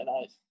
nice